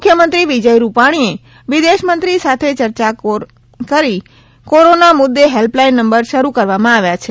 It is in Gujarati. મુખ્યમંત્રી વિજય રૂપાણીએ વિદેશમંત્રી સાથે ચર્ચા કોરોના મુદ્દે હેલ્પલાઇન નંબર શરૂ કરવામાં આવી છે